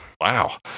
Wow